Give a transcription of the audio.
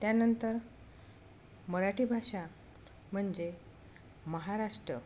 त्यानंतर मराठी भाषा म्हणजे महाराष्ट्र